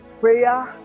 prayer